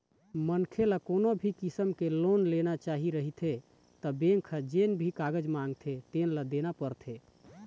मनखे ल कोनो भी किसम के लोन चाही रहिथे त बेंक ह जेन भी कागज मांगथे तेन ल देना परथे